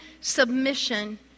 submission